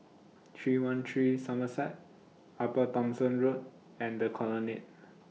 three one three Somerset Upper Thomson Road and The Colonnade